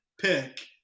pick